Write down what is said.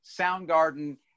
Soundgarden